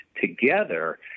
together